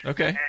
Okay